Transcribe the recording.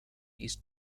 east